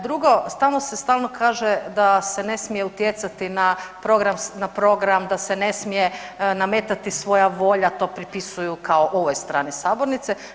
Drugo stalno se stalno kaže da se ne smije utjecati na program, da se ne smije nametati svoja volja, to pripisuju kao ovoj strani sabornice.